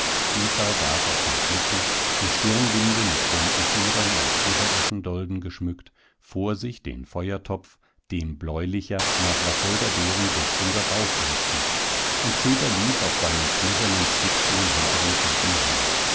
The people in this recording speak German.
saß auf dem schlitten die stirnbinde mit bunten federn und ebereschendolden geschmückt vor sich den feuertopf dem bläulicher nach wacholderbeeren duftender rauch entstieg und peter lief auf seinen knöchernen schlittschuhen hinter dem schlitten her